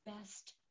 best